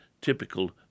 typical